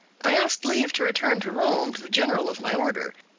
i asked leave to return to rome to the general of my order.